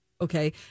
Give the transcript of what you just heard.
Okay